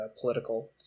political